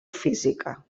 física